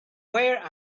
where